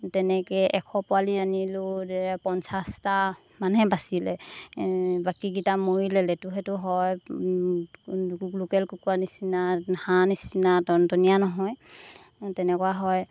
তেনেকৈ এশ পোৱালি আনিলোঁ পঞ্চাছটামানহে বচিলে বাকীকেইটা মৰিলে লেতু সেতু হয় লোকেল কুকুৰা নিচিনা হাঁহ নিচিনা টনটনীয়া নহয় তেনেকুৱা হয়